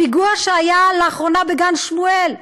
הפיגוע שהיה לאחרונה בגן-שמואל,